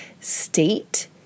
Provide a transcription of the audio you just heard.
state